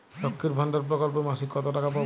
লক্ষ্মীর ভান্ডার প্রকল্পে মাসিক কত টাকা পাব?